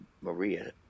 Maria